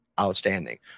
outstanding